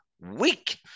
week